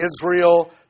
Israel